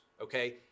okay